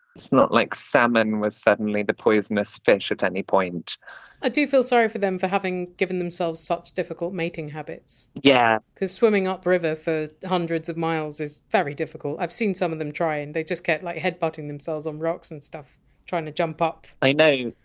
it's not like salmon was suddenly the poisonous fish at any point i ah do feel sorry for them for having given themselves such difficult mating habits. yeah because swimming upriver for hundreds of miles is very difficult. i've seen some of them try and they just kept my headbutting themselves on rocks and stuff trying to jump up i know.